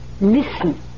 listen